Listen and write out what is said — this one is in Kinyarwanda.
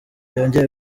yongeye